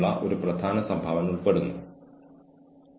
ഉദ്യോഗാർത്ഥിക്ക് ശാരീരികമായി ചില കാര്യങ്ങൾ ചെയ്യാൻ കഴിയുമോ എന്ന്